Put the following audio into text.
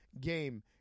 game